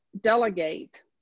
delegate